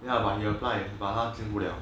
ya but he applied 他进不了